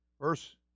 Verse